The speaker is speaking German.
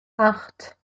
acht